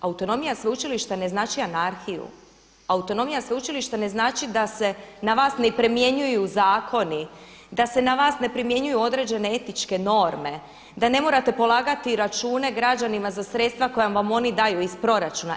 Autonomija sveučilišta ne znači anarhiju, autonomija sveučilišta ne znači da se na vas ne primjenjuju zakoni, da se na vas ne primjenjuju određene etičke norme, da ne morate polagati račune građanima za sredstva koja vam oni daju iz proračuna.